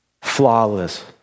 flawless